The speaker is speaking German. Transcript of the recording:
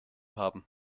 haben